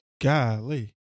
Golly